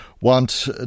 want